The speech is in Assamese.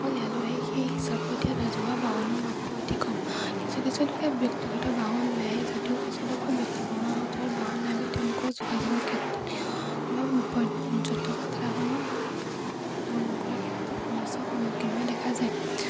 সকল ইয়ালৈ আহে সেই হিচাপত ইয়াত ৰাজহুৱা বাহনৰ মাত্ৰা অতি কম কিছু কিছু লোকে ব্যক্তিগত বাহন লৈ আহে যদিও কিছু লোকৰ ব্যক্তিগত বাহন নাইবা তেওঁলোকক যোগাযোগৰ ক্ষেত্ৰত বা পৰ্যটক ঠাইসমূহ ভ্ৰমণ কৰাৰ ক্ষেত্ৰত সমস্যাৰ সন্মুখীন হোৱা দেখা যায়